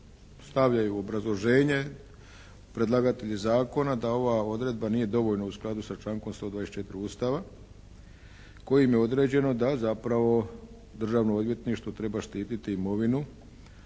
stavljaju obrazloženje predlagatelji Zakona da ova odredba nije dovoljno u skladu sa člankom 124. Ustava kojim je određeno da zapravo Državno odvjetništvo treba štititi imovinu